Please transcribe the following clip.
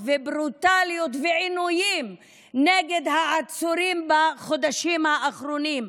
וברוטליות ועינויים נגד העצורים בחודשים האחרונים,